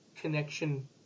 Connection